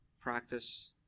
practice